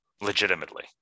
legitimately